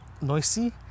noisy